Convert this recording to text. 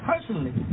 personally